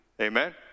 Amen